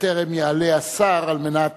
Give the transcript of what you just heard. בטרם יעלה השר על מנת